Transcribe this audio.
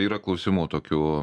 yra klausimų tokių